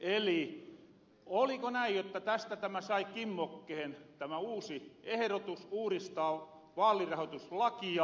eli oliko näin jotta tästä tämä sai kimmokkeen tämä uusi eherotus uuristaa vaalirahoituslakia